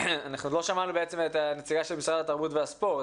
אנחנו עוד לא שמענו בעצם את הנציגה של משרד התרבות והספורט,